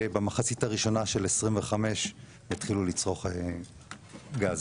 במחצית הראשונה של 2025 יתחילו לצרוך גז.